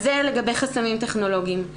זה לגבי חסמים טכנולוגיים.